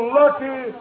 lucky